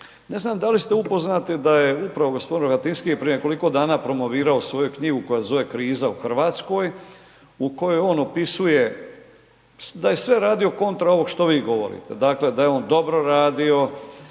Ne znam da li ste upoznati da je upravo gospodina Rohatinski prije nekoliko dana promovirao svoju knjigu koja se zove Kriza u Hrvatskoj, u kojoj on opisuje da je sve radio kontra ovog što vi govorite. Dakle, da je on dobro radio,